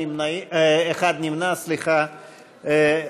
קבוצת סיעת